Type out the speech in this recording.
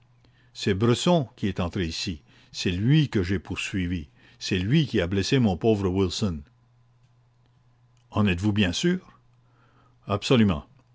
c'est bresson qui est entré ici c'est lui que j'ai poursuivi c'est lui qui a blessé mon pauvre wilson en êtes-vous bien sûr absolument